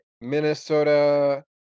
Minnesota